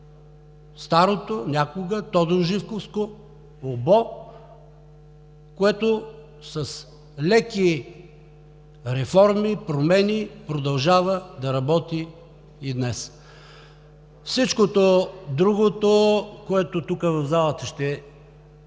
старото, някога тодорживковско УБО, което с леки реформи и промени продължава да работи и днес. Всичкото друго, което тук, в залата, ще